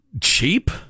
Cheap